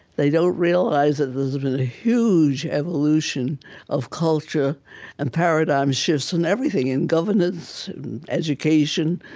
they don't realize that there's been a huge evolution of culture and paradigm shifts in everything, in governance, in education,